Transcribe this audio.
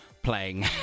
Playing